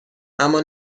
اما